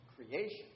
Creation